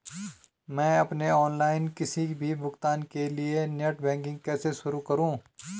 मैं अपने ऑनलाइन किसी भी भुगतान के लिए नेट बैंकिंग कैसे शुरु करूँ?